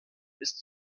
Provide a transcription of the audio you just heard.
ist